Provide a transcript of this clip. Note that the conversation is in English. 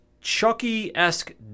Chucky-esque